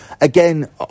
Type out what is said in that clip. Again